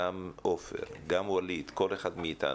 גם עופר, גם ווליד, כל אחד מאתנו,